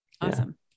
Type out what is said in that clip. Awesome